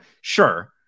sure